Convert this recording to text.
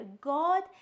god